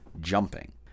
jumping